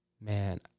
man